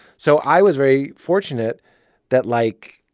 so i was very fortunate that, like,